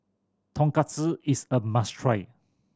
tonkatsu is a must try